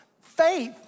Faith